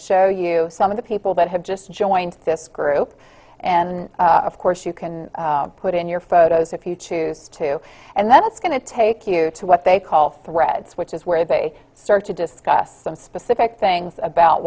show you some of the people that have just joined this group and of course you can put in your photos if you choose to and that's going to take you to what they call threads which is where they start to discuss some specific things about